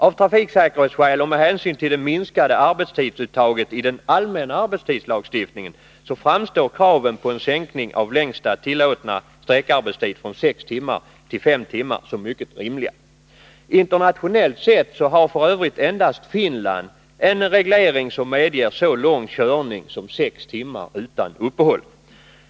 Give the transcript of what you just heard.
Av trafiksäkerhetsskäl och med hänsyn till det minskade arbetstidsuttaget i den allmänna arbettidslagstiftningen framstår kravet på en sänkning av längsta tillåtna sträckarbetstid från sex timmar till fem timmar som mycket rimligt. Internationellt sett har f. ö. endast Finland en reglering som medger en så lång körning som sex timmar utan uppehåll.